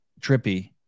trippy